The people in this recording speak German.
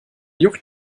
juckt